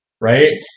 Right